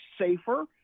safer